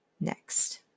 Next